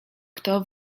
kto